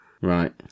Right